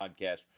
podcast